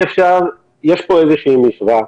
יש פה איזושהי משוואה.